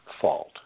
fault